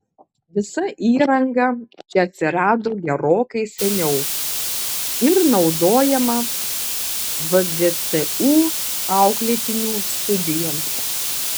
visa įranga čia atsirado gerokai seniau ir naudojama vgtu auklėtinių studijoms